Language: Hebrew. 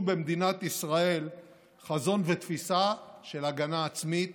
במדינת ישראל חזון ותפיסה של הגנה עצמית